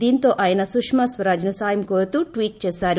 దీంతో ఆయన సుష్మా స్వరాజ్ను సాయం కోరుతూ ట్వీట్ చేశారు